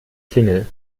klingel